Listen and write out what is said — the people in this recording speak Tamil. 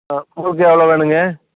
ஆ முறுக்கு எவ்வளோ வேணும்ங்க